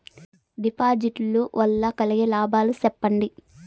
డిపాజిట్లు లు వల్ల కలిగే లాభాలు సెప్పండి?